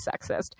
sexist